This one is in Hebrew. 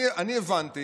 אני הבנתי